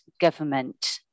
government